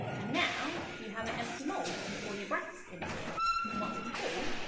and now you have an empty mould you can pour your brass into! and once it's cool,